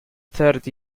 third